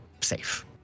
safe